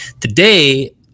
Today